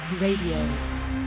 Radio